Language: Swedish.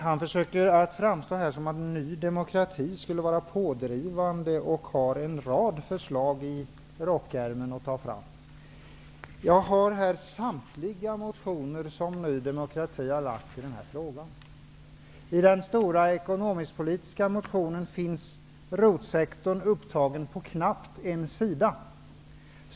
Dan Eriksson försökte framställa det som om Ny demokrati skulle vara pådrivande och ha en rad förslag i rockärmen. Jag har här samtliga motioner som Ny demokrati har väckt i denna fråga. I den stora ekonomiskpolitiska motionen finns ROT-sektorn upptagen på knappt en sida.